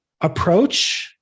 approach